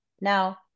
Now